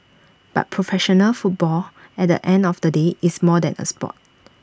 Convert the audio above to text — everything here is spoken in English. but professional football at the end of the day is more than A Sport